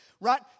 right